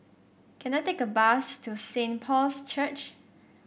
can I take a bus to Saint Paul's Church